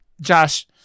josh